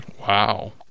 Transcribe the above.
Wow